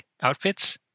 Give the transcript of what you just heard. outfits